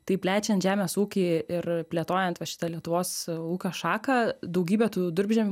tai plečiant žemės ūkį ir plėtojant va šitą lietuvos ūkio šaką daugybė tų durpžemių